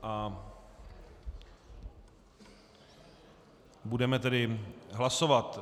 A budeme tedy hlasovat.